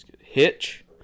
Hitch